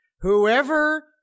Whoever